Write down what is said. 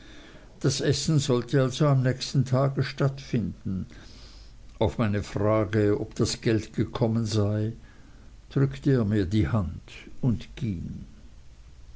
das essen sollte also am nächsten tage stattfinden auf meine frage ob das geld gekommen sei drückte er mir die hand und ging